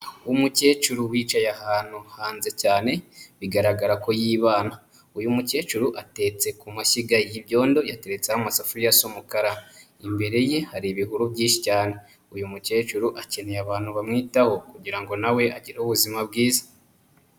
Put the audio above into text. Umukecuru wicaye ahantu hanze cyane, bigaragara ko yibana, uyu mukecuru atetse ku mashyi y'ibyondo yateretseho amasafuriya asa umukara, imbere ye hari ibihuru byinshi cyane. Uyu mukecuru akeneye abantu bamwitaho kugira ngo nawe agire ubuzima bwiza.